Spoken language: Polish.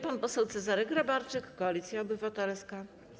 Pan poseł Cezary Grabarczyk, Koalicja Obywatelska.